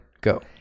go